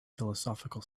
philosophical